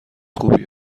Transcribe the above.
خوبی